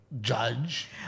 judge